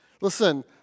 Listen